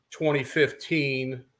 2015